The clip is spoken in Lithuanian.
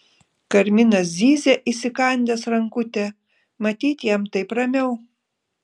karminas zyzia įsikandęs rankutę matyt jam taip ramiau